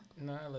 No